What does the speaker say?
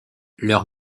leur